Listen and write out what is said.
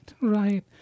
Right